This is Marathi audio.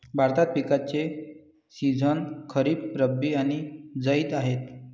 भारतात पिकांचे सीझन खरीप, रब्बी आणि जैद आहेत